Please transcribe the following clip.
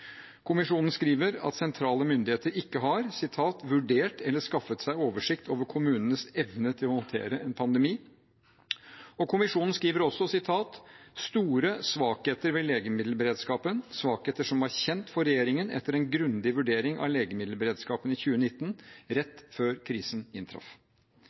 Kommisjonen skriver at sentrale myndigheter ikke har «vurdert, eller skaffet seg oversikt over, kommunenes evne til å håndtere en pandemi», og kommisjonen skriver også: «store svakheter ved legemiddelberedskapen», svakheter som er kjent for regjeringen etter en grundig vurdering av legemiddelberedskapen i 2019, rett før krisen inntraff.